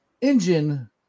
engine